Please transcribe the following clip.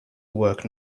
work